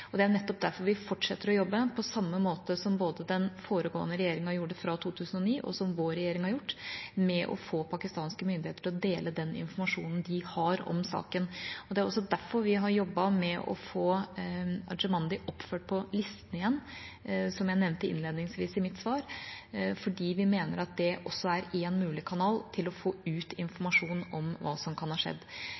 det i andre sammenhenger. Det er nettopp derfor vi fortsetter å jobbe – på samme måte som både den foregående regjeringa gjorde fra 2009, og som vår regjering har gjort – med å få pakistanske myndigheter til å dele den informasjonen de har om saken. Det er også derfor vi har jobbet med å få Arjemandi oppført på listen igjen, som jeg nevnte innledningsvis i mitt svar, fordi vi mener at det også er en mulig kanal for å få ut informasjon om hva som kan ha skjedd.